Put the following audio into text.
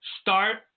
start